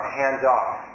hands-off